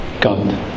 God